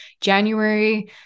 January –